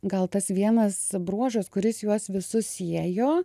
gal tas vienas bruožas kuris juos visus siejo